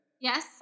Yes